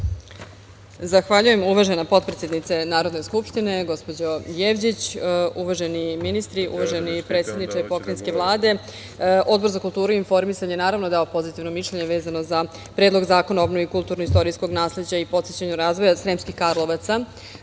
Zahvaljujem, uvažena potpredsednice Narodne skupštine, gospođo Jevđić. Uvaženi ministri, uvaženi predsedniče pokrajinske Vlade, Odbor za kulturu i informisanje je, naravno, dao pozitivno mišljenje vezano za Predlog zakona o obnovi kulturno-istorijskog nasleđa i podsticanju razvoja Sremskih Karlovaca. Imali